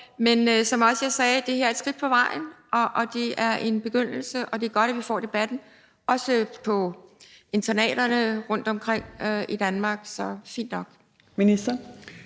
Men som jeg også sagde, er det her et skridt på vejen, og det er en begyndelse, og det er godt, at vi får debatten, også på internaterne rundtomkring i Danmark. Så det er